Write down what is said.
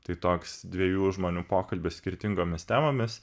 tai toks dviejų žmonių pokalbis skirtingomis temomis